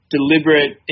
deliberate